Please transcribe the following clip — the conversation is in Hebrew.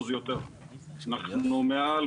זאת אומרת, אם אנחנו מסתכלים על